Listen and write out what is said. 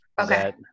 Okay